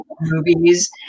movies